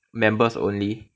members only